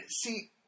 see